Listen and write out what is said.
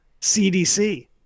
CDC